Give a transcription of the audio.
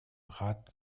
rat